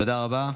תודה רבה.